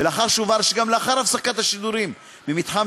ולאחר שהובהר שגם לאחר הפסקת השידורים ממתחם